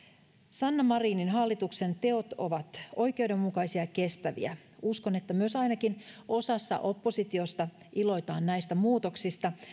sanna marinin hallituksen teot ovat oikeudenmukaisia ja kestäviä uskon että myös ainakin osassa oppositiosta iloitaan näistä muutoksista